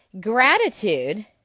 gratitude